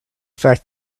fact